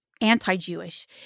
anti-Jewish